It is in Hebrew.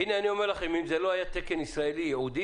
הינה אני אומר לכם: אם זה לא היה תקן ישראלי ייעודי,